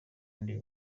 ndi